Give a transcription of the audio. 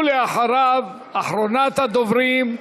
ואחריו, אחרונת הדוברים,